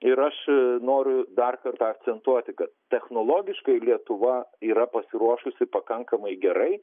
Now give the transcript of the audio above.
ir aš noriu dar kartą akcentuoti kad technologiškai lietuva yra pasiruošusi pakankamai gerai